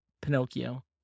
Pinocchio